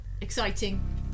Exciting